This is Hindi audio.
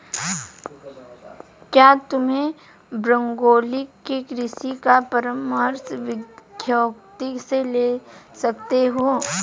क्या तुम ब्रोकोली के कृषि का परामर्श विशेषज्ञों से ले सकते हो?